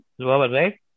right